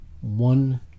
One